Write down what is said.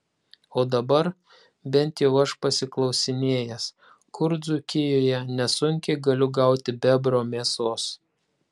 o dabar bent jau aš pasiklausinėjęs kur dzūkijoje nesunkiai galiu gauti bebro mėsos